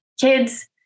kids